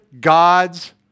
God's